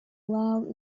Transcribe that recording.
loud